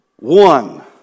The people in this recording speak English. one